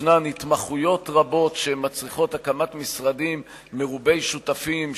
יש התמחויות רבות שמצריכות הקמת משרדים מרובי שותפים,